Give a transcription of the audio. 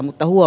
mutta huom